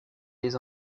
les